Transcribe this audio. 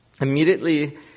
Immediately